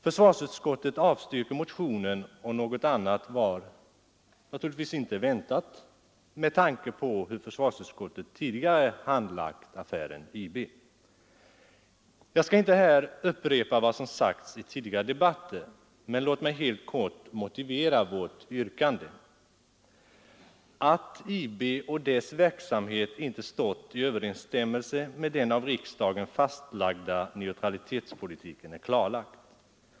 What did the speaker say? Försvarsutskottet avstyrker motionen, och något annat var naturligtvis inte väntat med tanke på hur försvarsutskottet tidigare handlagt affären IB. Jag skall inte här upprepa vad som sagts i tidigare debatter, men låt mig helt kort motivera vårt yrkande. Att IB och dess verksamhet inte har stått i överensstämmelse med den av riksdagen fastlagda neutralitetspolitiken är klarlagt.